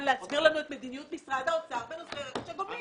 להסביר לנו את מדיניות משרד האוצר בנושא רכש גומלין.